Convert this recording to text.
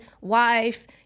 wife